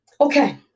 Okay